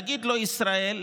להגיד לו: ישראל,